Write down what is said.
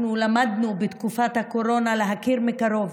אנחנו למדנו בתקופת הקורונה להכיר מקרוב